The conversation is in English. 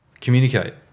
communicate